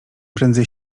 prędzej